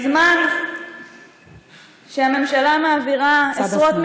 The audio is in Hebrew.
בזמן שהממשלה מעבירה, הצד השמאלי שלי.